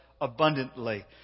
abundantly